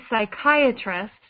psychiatrist